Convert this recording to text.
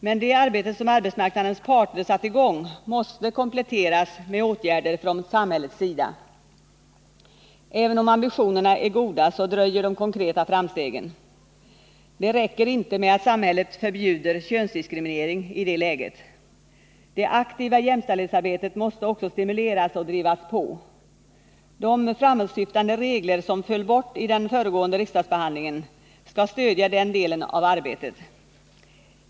Men det arbete som arbetsmarknadens parter satt i gång måste kompletteras med åtgärder från samhällets sida. Även om ambitionerna är goda så dröjer de konkreta framstegen. Det räcker inte att samhället förbjuder könsdiskriminering i det läget. Det aktiva jämställdhetsarbetet måste också stimuleras och drivas på. De framåtsyftande regler som föll bort i den föregående riksdagsbehandlingen skall stödja den delen av arbetet.